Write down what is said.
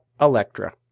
Electra